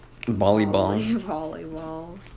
Volleyball